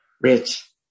Rich